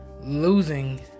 losing